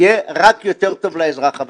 יהיה רק יותר טוב לאזרח הוותיק.